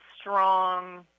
strong